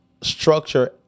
structure